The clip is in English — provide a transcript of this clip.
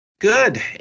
Good